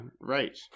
Right